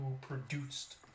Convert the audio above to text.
produced